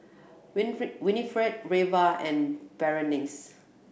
Winifred Reva and Berenice